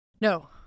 No